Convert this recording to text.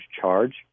charge